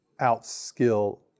outskill